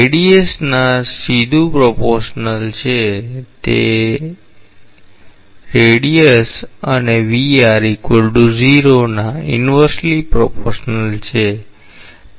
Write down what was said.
તે ત્રિજ્યાના સીધું પ્રપોશનલ છે તે ત્રિજ્યા અને ના ઇનવર્સલી પ્રપોશનલ છે